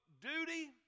duty